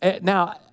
Now